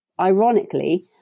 ironically